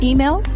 Email